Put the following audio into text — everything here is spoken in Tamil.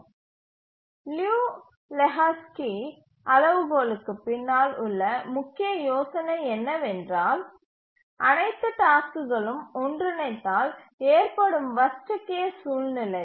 Refer slide Time 0225 லியு லெஹோஸ்கி அளவுகோலுக்குப் பின்னால் உள்ள முக்கிய யோசனை என்னவென்றால் அனைத்து டாஸ்க்குகளும் ஒன்றிணைந்தால் ஏற்படும் வர்ஸ்ட் கேஸ் சூழ்நிலையில்